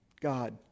God